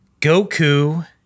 Goku